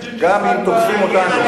גם אם תוקפים אותנו.